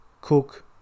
Cook